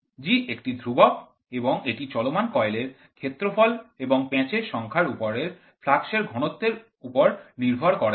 G একটি ধ্রুবক এবং এটি চলমান কয়েলের ক্ষেত্রফল এবং প্যাঁচের সংখ্যার উপরে ফ্লাক্স এর ঘনত্ব নির্ভর করে না